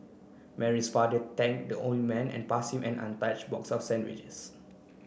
Mary's father thanked the old man and pass him an untouched box of sandwiches